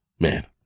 Man